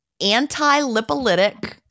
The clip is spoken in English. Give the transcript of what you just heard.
Anti-lipolytic